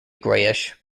greyish